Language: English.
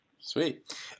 Sweet